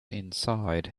inside